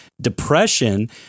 depression